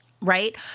Right